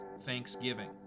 Thanksgiving